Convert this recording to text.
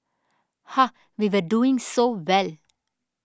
ha we were doing so well